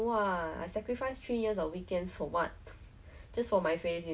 so after capsizing then like every time I came back on like I would just cap again lor